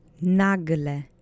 NAGLE